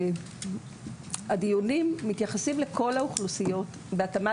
הדיונים מתייחסים לכל האוכלוסיות בהתאמה